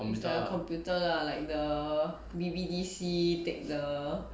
it's like a computer lah like the B_B_D_C takes the